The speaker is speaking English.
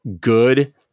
good